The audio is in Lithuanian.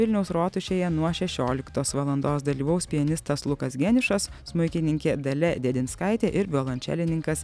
vilniaus rotušėje nuo šešioliktos valandos dalyvaus pianistas lukas geniušas smuikininkė dalia dėdinskaitė ir violončelininkas